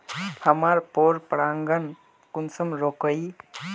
हमार पोरपरागण कुंसम रोकीई?